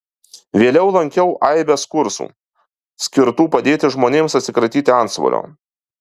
vėliau lankiau aibes kursų skirtų padėti žmonėms atsikratyti antsvorio